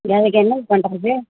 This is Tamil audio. அதுக்கு என்னது பண்ணுறது